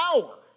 power